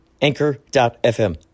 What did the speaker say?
Anchor.fm